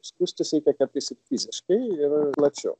skųstis reikia kartais ir fiziškai ir plačiau